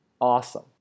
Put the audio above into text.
awesome